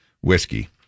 whiskey